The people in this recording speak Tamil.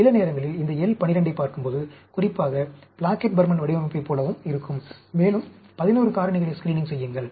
எனவே சில நேரங்களில் இந்த L 12 ஐப் பார்க்கும்போது குறிப்பாக பிளாக்கெட் பர்மன் வடிவமைப்பைப் போலவும் இருக்கும் மேலும் 11 காரணிகளை ஸ்க்ரீனிங் செய்யுங்கள்